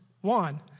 one